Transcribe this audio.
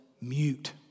mute